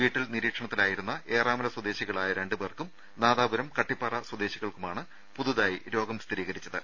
വീട്ടിൽ നിരീക്ഷണത്തിലായിരുന്ന ഏറാമല സ്വദേശികളായ രണ്ടുപേർക്കും നാദാപുരം കട്ടിപ്പാറ സ്വദേശികൾക്കുമാണ് പുതിയതായി രോഗം സ്ഥിരീകരിച്ചത്